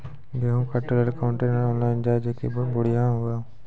गेहूँ का trailer contractor online जाए जैकी बढ़िया हुआ